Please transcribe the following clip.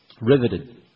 Riveted